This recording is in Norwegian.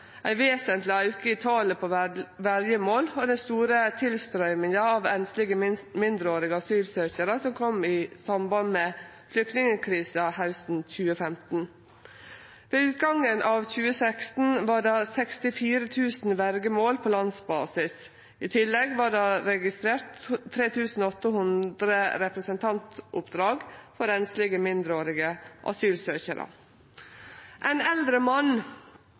talet på verjemål og den store tilstrøyminga av einslege mindreårige asylsøkjarar som kom i samband med flyktningkrisa hausten 2015. Ved utgangen av 2016 var det 64 000 verjemål på landsbasis. I tillegg var det registrert 3 800 representantoppdrag for einslege mindreårige asylsøkjarar. Ein eldre mann